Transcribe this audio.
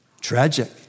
Tragic